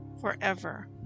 forever